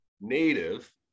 native